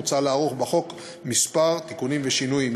מוצע לערוך בחוק כמה תיקונים ושינויים.